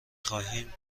خواهیم